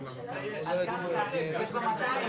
לא יום ולא יומיים 35 שנה.